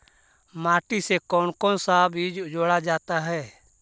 माटी से कौन कौन सा बीज जोड़ा जाता है?